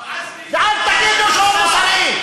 גם עזמי בשארה,